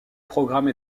programme